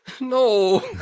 No